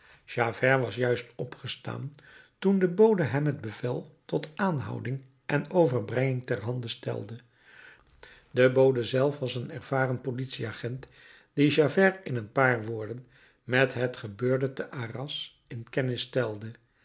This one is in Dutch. javert was juist opgestaan toen de bode hem het bevel tot aanhouding en overbrenging ter hand stelde de bode zelf was een ervaren politieagent die javert in een paar woorden met het gebeurde te arras in kennis stelde